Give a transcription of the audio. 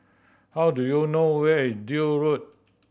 how do you know where is Duke Road